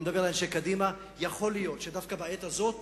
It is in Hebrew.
אני מדבר אל אנשי קדימה: יכול להיות שדווקא בעת הזאת